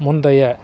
முந்தைய